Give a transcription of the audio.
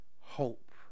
hope